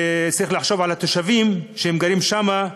צריך לחשוב על התושבים שגרים שם,